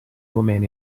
woman